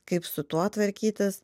kaip su tuo tvarkytis